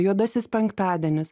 juodasis penktadienis